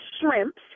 shrimps